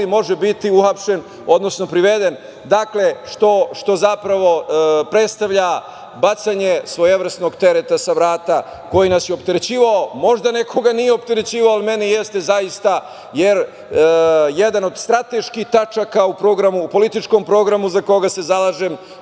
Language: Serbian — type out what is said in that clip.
može biti uhapšen, odnosno priveden, što zapravo predstavlja bacanje svojevrsnog tereta sa vrata koji nas je opterećivao. Možda nekoga nije opterećivao, ali mene zaista jeste, jer jedan od strateških tačaka u programu, u političkom programu za koga se zalažem,